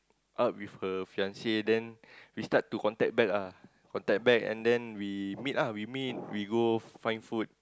up with her Fiancee then we start to contact back ah contact back and then we meet ah we meet we go find food